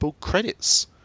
credits